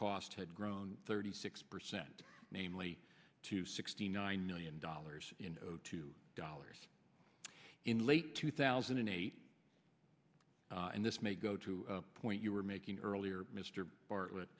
cost had grown thirty six percent namely to sixty nine million dollars in two dollars in late two thousand and eight and this may go to a point you were making earlier mr